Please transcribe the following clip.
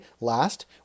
last